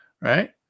right